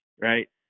right